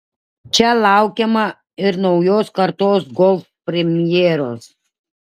čia laukiama ir naujos kartos golf premjeros